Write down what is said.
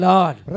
Lord